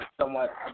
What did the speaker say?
somewhat